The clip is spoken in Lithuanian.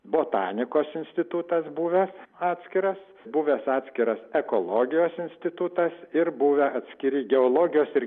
botanikos institutas buvęs atskiras buvęs atskiras ekologijos institutas ir buvę atskiri geologijos ir